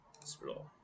Explore